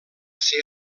ser